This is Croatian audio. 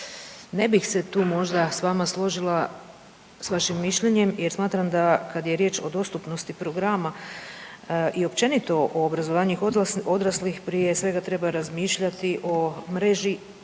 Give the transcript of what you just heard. Ne bih se tu možda s vama složila s vašim mišljenjem jer smatram da kad je riječ o dostupnosti programa i općenito o obrazovanju odraslih prije svega treba razmišljati o mreži